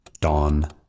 Dawn